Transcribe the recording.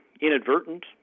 inadvertent